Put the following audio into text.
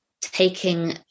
taking